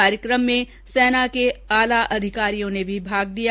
कार्यक्रम में सेना के आला अधिकारियों ने भी भाग लिया